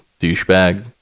douchebag